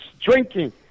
drinking